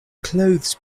clothes